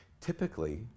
Typically